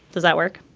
does that work?